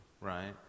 right